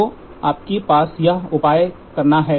तो आपको बस यह उपाय करना है